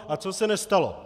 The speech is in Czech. A co se nestalo?